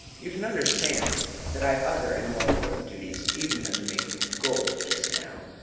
you can understand that i have other and more important duties even than the making of gold, just now.